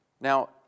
Now